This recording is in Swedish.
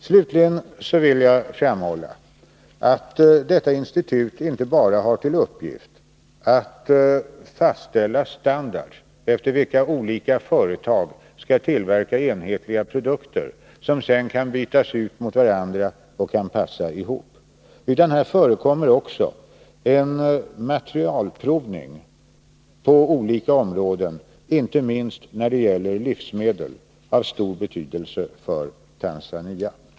Slutligen vill jag framhålla att detta institut inte bara har till uppgift att fastställa standarder, efter vilka olika företag kan tillverka enhetliga produkter, som sedan kan bytas ut mot varandra och passa ihop, utan här förekommer också en materialprovning på olika områden, inte minst när det gäller livsmedel av stor betydelse för Tanzania.